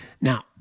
Now